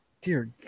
Dear